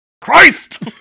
Christ